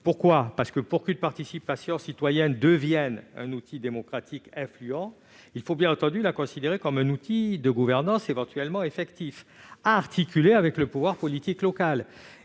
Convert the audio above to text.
cela ? Parce que, pour que la participation citoyenne devienne un outil démocratique influent, il faut la considérer comme un outil de gouvernance effectif, à articuler avec le pouvoir politique local.